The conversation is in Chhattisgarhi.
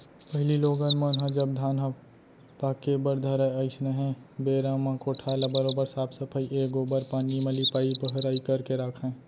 पहिली लोगन मन ह जब धान ह पाके बर धरय अइसनहे बेरा म कोठार ल बरोबर साफ सफई ए गोबर पानी म लिपाई बहराई करके राखयँ